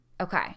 Okay